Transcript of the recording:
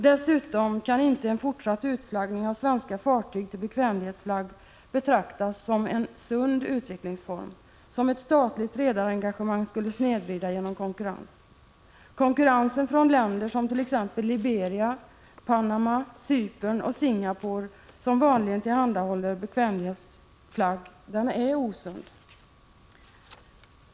Dessutom kan inte en fortsatt utflaggning av svenska fartyg till bekvämlighetsflagg betraktas som en sund utveckling, något som ett statligt redarengagemang skulle snedvrida genom konkurrens. Konkurrensen från länder som t.ex. Liberia, Panama, Cypern och Singapore, som vanligen tillhandahåller bekvämlighetsflagg, är osund.